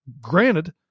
granted